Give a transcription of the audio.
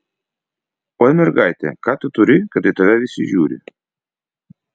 oi mergaite ką tu turi kad į tave visi žiūri